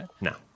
no